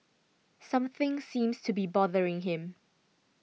something seems to be bothering him